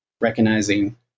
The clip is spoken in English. recognizing